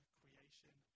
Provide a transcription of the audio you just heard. creation